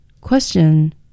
Question